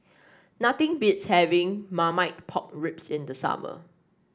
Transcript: nothing beats having Marmite Pork Ribs in the summer